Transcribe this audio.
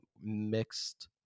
mixed